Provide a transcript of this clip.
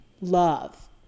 love